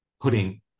putting